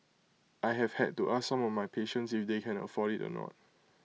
I have had to ask some of my patients if they can afford IT or not